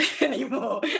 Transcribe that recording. anymore